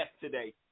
today